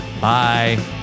Bye